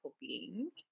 beings